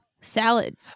salad